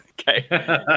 Okay